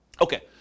Okay